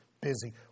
busy